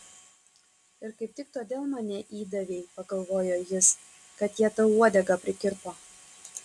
ir kaip tik todėl mane įdavei pagalvojo jis kad jie tau uodegą prikirpo